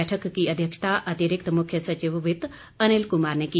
बैठक की अध्यक्षता अतिरिक्त मुख्य सचिव वित्त अनिल कुमार ने की